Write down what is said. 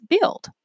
build